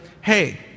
hey